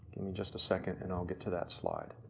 give me just a second and i'll get to that slide.